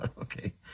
Okay